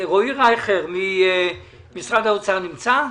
רועי רייכר ממשרד האוצר נמצא?